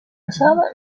passava